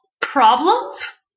problems